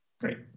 Great